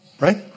Right